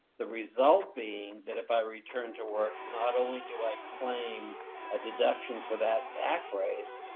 the result being that if i return to work, not only do i claim a deduction for that back brace,